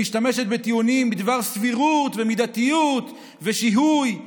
שמשתמשת בטיעונים בדבר סבירות ומידתיות ושיהוי: